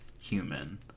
human